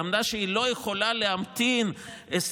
היא אמרה שהיא לא יכולה להמתין 24,